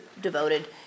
devoted